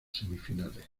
semifinales